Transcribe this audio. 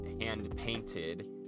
hand-painted